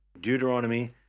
Deuteronomy